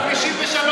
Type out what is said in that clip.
בבקשה.